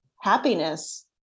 happiness